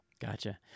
Gotcha